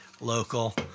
local